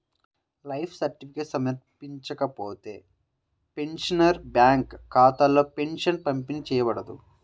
life certificate సమర్పించకపోతే, pensioner bank ఖాతాలో pension పంపిణీ చేయబడదు